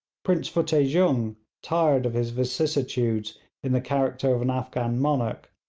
prince futteh jung, tired of his vicissitudes in the character of an afghan monarch,